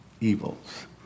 evils